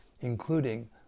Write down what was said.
including